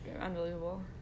unbelievable